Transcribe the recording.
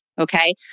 Okay